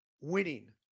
winning